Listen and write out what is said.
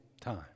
time